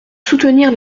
soutenir